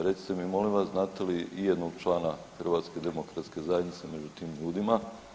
Recite mi molim vas znate li ijednog člana HDZ-a među tim ljudima.